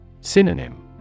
Synonym